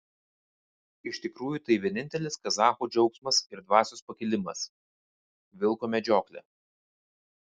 iš tikrųjų tai vienintelis kazacho džiaugsmas ir dvasios pakilimas vilko medžioklė